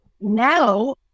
now